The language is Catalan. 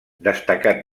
destacat